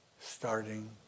starting